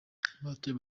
bahatuye